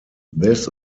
this